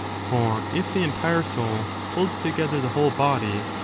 for, if the entire soul holds together the whole body,